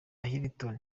hilton